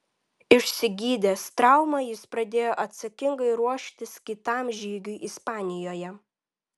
išsigydęs traumą jis pradėjo atsakingai ruoštis kitam žygiui ispanijoje